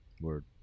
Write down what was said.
Word